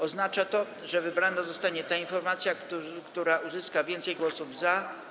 Oznacza to, że wybrana zostanie ta informacja, która uzyska więcej głosów za.